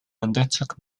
undertook